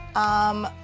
um,